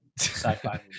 sci-fi